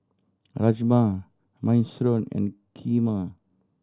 Rajma Minestrone and Kheema